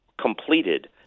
completed